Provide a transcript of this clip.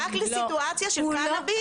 רק לסיטואציה של קנאביס.